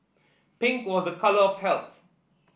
pink was a colour of health